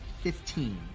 fifteen